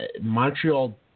Montreal